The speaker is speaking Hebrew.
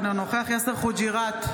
אינו נוכח יאסר חוג'יראת,